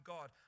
God